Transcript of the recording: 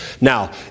Now